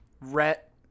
Rhett –